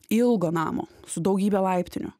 ilgo namo su daugybe laiptinių